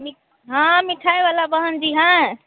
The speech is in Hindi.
मि हाँ मिठाई वाली बहन जी हैं